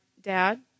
dad